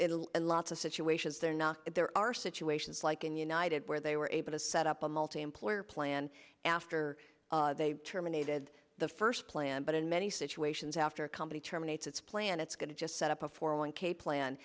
it'll lots of situations they're not there are situations like in united where they were able to set up a multi employer plan after they terminated the first plan but in many situations after a company terminates its plan it's going to just set up a four one k plan